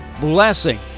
blessing